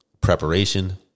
preparation